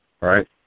right